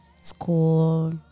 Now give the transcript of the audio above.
school